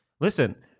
Listen